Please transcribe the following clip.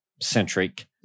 centric